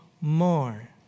more